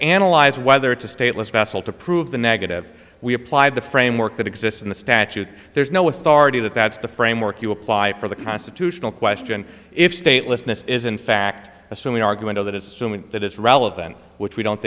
analyze whether it's a stateless vessel to prove the negative we apply the framework that exists in the statute there's no authority that that's the framework you apply for the constitutional question if statelessness is in fact assuming argument that it's to mean that it's relevant which we don't